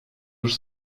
już